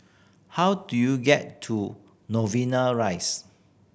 how do you get to Novena Rise